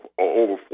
over